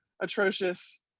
atrocious